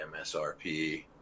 MSRP